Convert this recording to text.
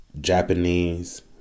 Japanese